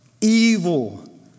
evil